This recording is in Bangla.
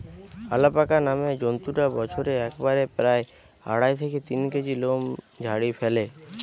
অ্যালাপাকা নামের জন্তুটা বছরে একবারে প্রায় আড়াই থেকে তিন কেজি লোম ঝাড়ি ফ্যালে